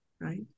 right